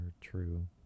true